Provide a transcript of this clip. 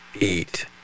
eat